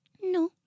No